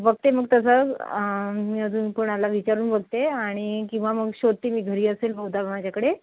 बघते मग तसं मी अजून कोणाला विचारून बघते आणि किंवा मग शोधते मी घरी असेल बहुधा माझ्याकडे